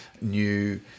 new